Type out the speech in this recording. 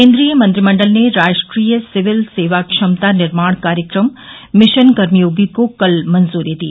केन्द्रीय मंत्रिमंडल ने राष्ट्रीय सिविल सेवा क्षमता निर्माण कार्यक्रम मिशन कर्मयोगी को कल मंजूरी दी